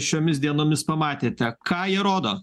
šiomis dienomis pamatėte ką jie rodo